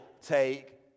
take